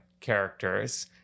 characters